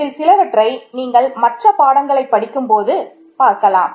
இதில் சிலவற்றை நீங்க மற்ற பாடங்களை படிக்கும்போது பார்க்கலாம்